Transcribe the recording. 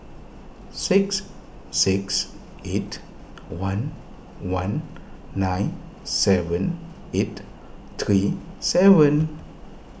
six six eight one one nine seven eight three seven